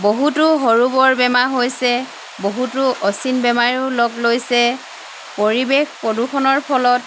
বহুতো সৰু বৰ বেমাৰ হৈছে বহুতো অচিন বেমাৰেও লগ লৈছে পৰিৱেশ প্ৰদূষণৰ ফলত